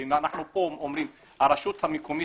ואם אנחנו פה אומרים שהרשות המקומית